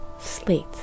slate